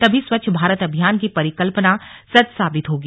तभी स्वच्छ भारत अभियान की परिकल्पना सच साबित होगी